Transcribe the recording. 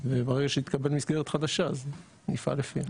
וברגע שתתקבל מסגרת חדשה אז נפעל לפיה.